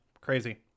crazy